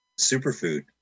Superfood